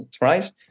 right